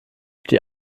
die